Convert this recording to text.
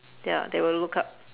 ya that will look up